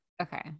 okay